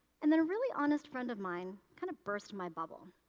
and, then a really honest friend of mine kind of burst my bubble.